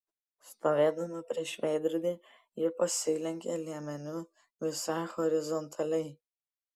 stovėdama prieš veidrodį ji pasilenkė liemeniu visai horizontaliai